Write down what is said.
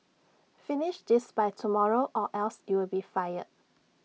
finish this by tomorrow or else you'll be fired